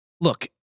Look